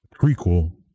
prequel